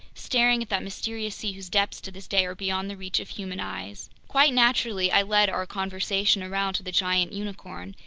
staring at that mysterious sea whose depths to this day are beyond the reach of human eyes. quite naturally, i led our conversation around to the giant unicorn,